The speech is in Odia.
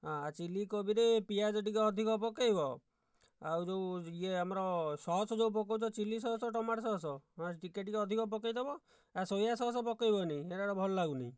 ହଁ ଚିଲ୍ଲି କୋବିରେ ପିଆଜ ଟିକେ ଅଧିକ ପକାଇବ ଆଉ ଯେଉଁ ଇଏ ଆମର ସସ ଯେଉଁ ପକାଉଛ ଚିଲ୍ଲି ସସ ଆଉ ଟମାଟ ସସ ହଁ ଟିକିଏ ଟିକିଏ ଅଧିକ ପକାଇଦେବ ଆଉ ସୋୟା ସସ ପକାଇବନାହିଁ ହେରା ଗୋଟେ ଭଲ ଲାଗୁନାହିଁ